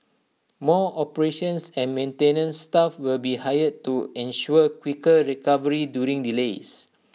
more operations and maintenance staff will be hired to ensure quicker recovery during delays